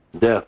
Death